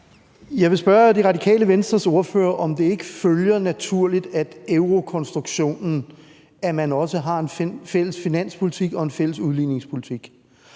Jeg vil spørge Det Radikale Venstres ordfører, om det ikke følger naturligt af eurokonstruktionen, at man også har en fælles finanspolitik og en fælles udligningspolitik.